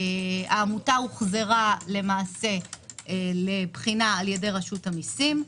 העמותה הוחזרה לבחינה על-ידי רשות המיסים.